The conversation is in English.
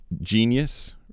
Genius